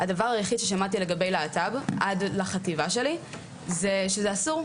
הדבר היחיד ששמעתי על להט"ב עד לחטיבה שלי זה שזה אסור,